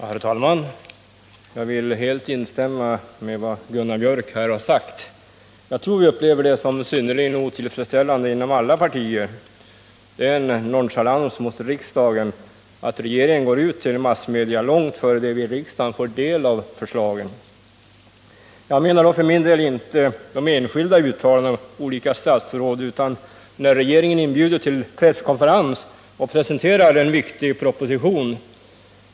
Herr talman! Jag vill helt instämma i vad Gunnar Biörck i Värmdö sade, ty jag tror att vi inom alla partier upplever förhållandena som synnerligen otillfredsställande. Det är nonchalant mot riksdagen att regeringen går ut till massmedia långt innan riksdagen fått del av förslagen. För min del syftar jag inte på olika uttalanden av enskilda statsråd utan på de fall då regeringen inbjuder till presskonferenser och presenterar viktiga propositioner.